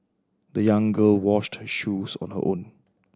the young girl washed her shoes on her own